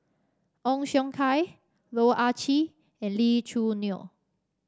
Ong Siong Kai Loh Ah Chee and Lee Choo Neo